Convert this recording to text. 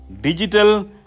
Digital